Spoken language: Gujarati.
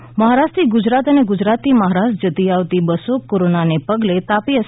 ટી બંધ મહારાષ્ટ્રથી ગુજરાત અને ગુજરાતથી મહારાષ્ટ્રમાં જતી આવતી બસો કોરોનાને પગલે તાપી એસ